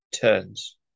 turns